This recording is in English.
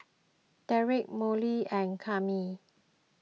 Derrek Molly and Kami